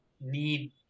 need